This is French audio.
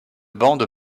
bandes